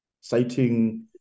citing